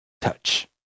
touch